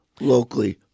locally